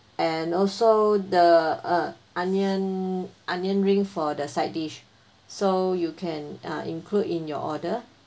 and also the uh onion onion ring for the side dish so you can uh include in your order